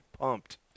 pumped